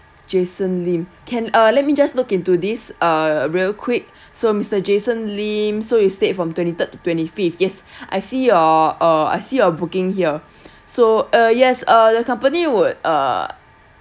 jason lim can uh let me just look into this uh real quick so mister jason lim so you stayed from twenty third to twenty fifth yes I see your uh I see your booking here so uh yes uh the company would uh